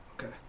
okay